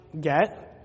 get